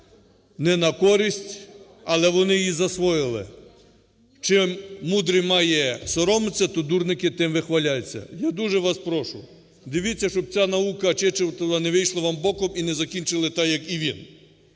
не на користь, але вони її засвоїли: чим мудрий має соромитися, то дурники тим вихваляються. Я дуже вас прошу, дивіться, щоб ця наука Чечетова не вийшла вам боком і не закінчили так, як і він